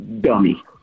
dummy